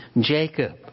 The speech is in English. Jacob